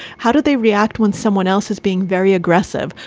how did they react when someone else is being very aggressive?